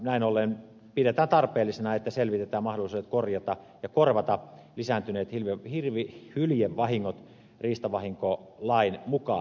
näin ollen pidetään tarpeellisena että selvitetään mahdollisuudet korjata ja korvata lisääntyneet hyljevahingot riistavahinkolain mukaan